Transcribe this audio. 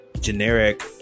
generic